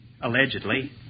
allegedly